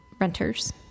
renters